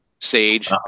Sage